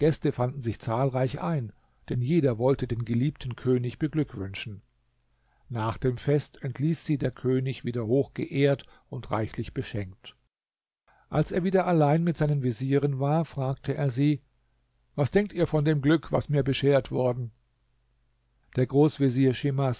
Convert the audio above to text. fanden sich zahlreich ein denn jeder wollte den geliebten könig beglückwünschen nach dem fest entließ sie der könig wieder hochgeehrt und reichlich beschenkt als er wieder allein mit seinen vezieren war fragte er sie was denkt ihr von dem glück das mir beschert worden der großvezier schimas